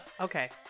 Okay